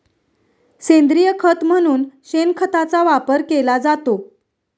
सेंद्रिय खत म्हणून शेणखताचा वापर केला जातो